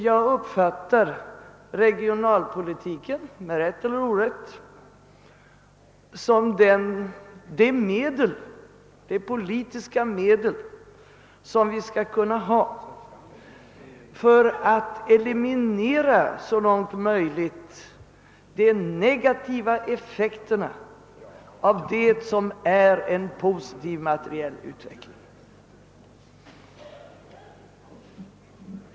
Jag uppfattar — med rätt eller orätt — regionalpolitiken som det politiska medel vi skall använda för att så långt som möjligt eliminera de negativa effekterna av en positiv materiell utveckling.